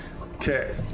Okay